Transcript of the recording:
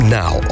now